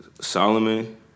Solomon